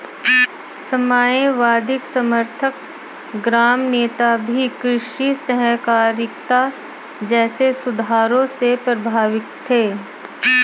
साम्यवादी समर्थक ग्राम नेता भी कृषि सहकारिता जैसे सुधारों से प्रभावित थे